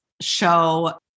Show